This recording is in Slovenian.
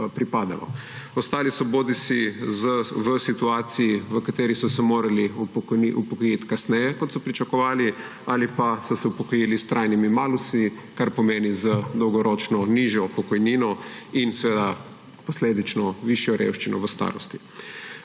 pripadalo. Ostali so bodisi v situaciji, v kateri so se morali upokojiti kasneje, kot so pričakovali, ali pa so se upokojili s trajnimi malusi, kar pomeni z dolgoročno nižjo pokojnino in posledično višjo revščino v starosti.